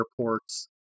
airports